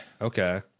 Okay